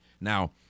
Now